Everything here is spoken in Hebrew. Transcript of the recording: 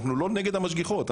ואנחנו לא נגד המשגיחות,